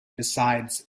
besides